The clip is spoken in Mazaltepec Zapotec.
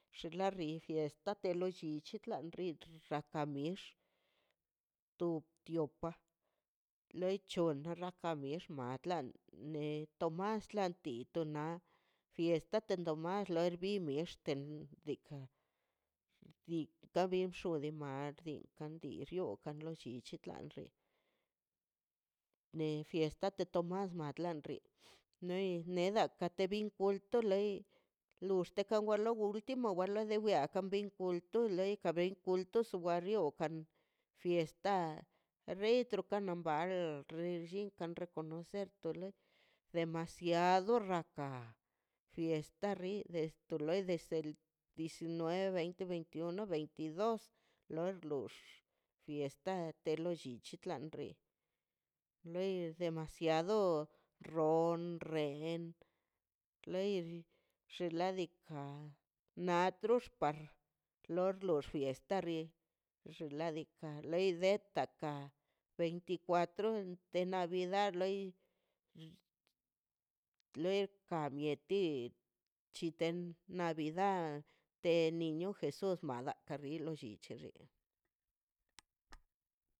Xin la fiesta lo lli rraka mix uktiopa lei cho na rraka mix malan ne tomás sḻa tinto na fiesta de fiesta de tomás lor bin xte diikaꞌ dii bxone mal dii kan rruo xikan lli ne fiesta de tomás de tlan rri nei neda kate bin kulto lei lux te ka ultimo wa de lo lia ka bin kulto lei ka bin kulto subario kan fiesta retro kanan ba al ririnlli reconocer tole demasiado rraka fiesta rri esto li dese diecinueve veinte veintiuno veintidos lor lux fiesta de lo llichi klan rri loi demasiado rron rren loi xinladika na trush par lor lox fiesta dii xinladika loi idetaka veinticuatro de navidad loi loi kabieti chiten navidad te niño jesús madaka lego lli cheri